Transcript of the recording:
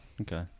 Okay